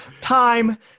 time